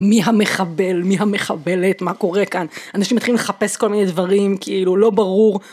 מי המחבל? מי המחבלת? מה קורה כאן? אנשים מתחילים לחפש כל מיני דברים, כאילו, לא ברור.